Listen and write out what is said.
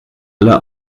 alle